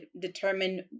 determine